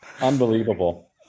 unbelievable